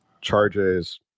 charges